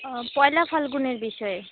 ও পয়লা ফাল্গুনের বিষয়ে